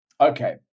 Okay